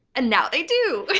and now they do!